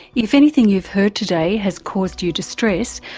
if anything you've heard today has caused you distress,